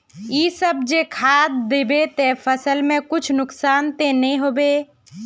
इ सब जे खाद दबे ते फसल में कुछ नुकसान ते नय ने होते